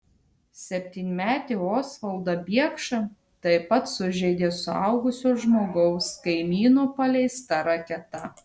septynmetį osvaldą biekšą taip pat sužeidė suaugusio žmogaus kaimyno paleista raketa